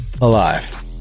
alive